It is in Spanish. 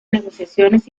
negociaciones